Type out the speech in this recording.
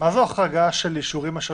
מה עם החרגת "אישורים אשר